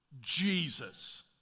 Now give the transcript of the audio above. Jesus